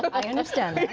but i understand.